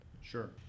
sure